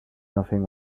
nothing